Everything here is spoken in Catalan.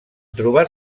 trobar